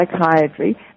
psychiatry